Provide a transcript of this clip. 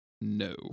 no